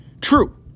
True